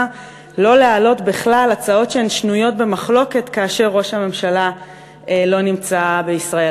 שלא להעלות בכלל הצעות שנויות במחלוקת כאשר ראש הממשלה לא נמצא בישראל.